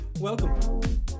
welcome